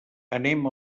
anem